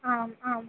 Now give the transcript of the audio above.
आम् आम्